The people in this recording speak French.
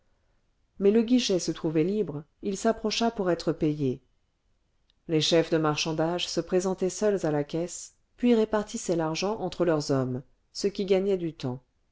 mais le guichet se trouvait libre il s'approcha pour être payé les chefs de marchandage se présentaient seuls à la caisse puis répartissaient l'argent entre leurs hommes ce qui gagnait du temps